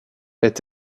est